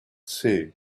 sea